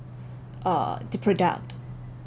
uh the product